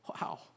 Wow